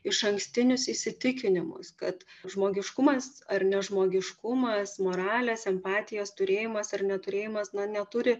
išankstinius įsitikinimus kad žmogiškumas ar nežmogiškumas moralės empatijos turėjimas ar neturėjimas na neturi